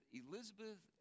elizabeth